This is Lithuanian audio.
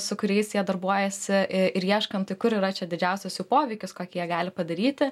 su kuriais jie darbuojasi ir ieškant tai kur yra čia didžiausias jų poveikis kokie gali padaryti